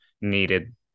needed